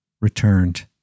returned